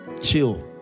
Chill